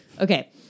Okay